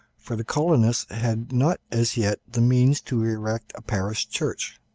for the colonists had not as yet the means to erect a parish church.